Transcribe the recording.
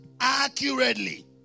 accurately